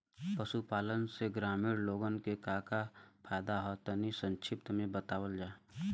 पशुपालन से ग्रामीण लोगन के का का फायदा ह तनि संक्षिप्त में बतावल जा?